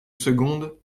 seconde